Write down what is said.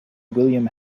william